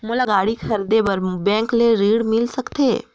मोला गाड़ी खरीदे बार बैंक ले ऋण मिल सकथे?